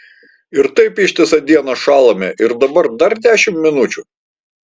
ir taip ištisą dieną šąlame ir dabar dar dešimt minučių